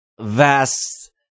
vast